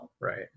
Right